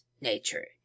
nature